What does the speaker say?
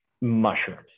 mushrooms